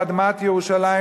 באדמת ירושלים,